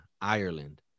ireland